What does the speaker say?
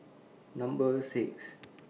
Number six